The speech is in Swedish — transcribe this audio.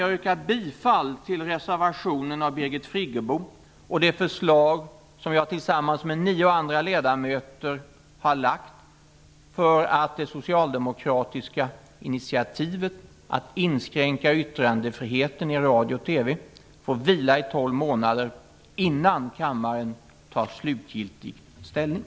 Jag yrkar bifall till reservationen av Birgit Friggebo och det förslag som jag tillsammans med nio andra ledamöter har lagt för att det socialdemokratiska initiativet att inskränka yttrandefriheten i radio och TV får vila i tolv månader innan kammaren tar slutgiltig ställning.